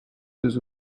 deux